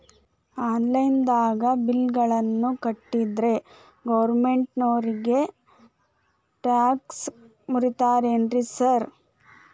Online ದಾಗ bill ಗಳನ್ನಾ ಕಟ್ಟದ್ರೆ ಗೋರ್ಮೆಂಟಿನೋರ್ ಟ್ಯಾಕ್ಸ್ ಗೇಸ್ ಮುರೇತಾರೆನ್ರಿ ಸಾರ್?